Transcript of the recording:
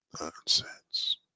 Nonsense